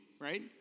right